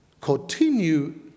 continue